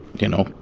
you know,